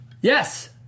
Yes